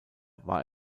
war